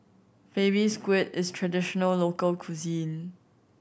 Baby Squid is a traditional local cuisine